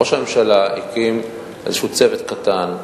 ראש הממשלה הקים איזה צוות קטן,